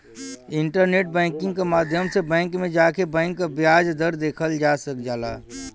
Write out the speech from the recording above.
internet banking क माध्यम से बैंक में जाके बैंक क ब्याज दर देखल जा सकल जाला